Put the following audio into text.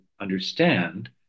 understand